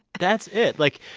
that's it. like.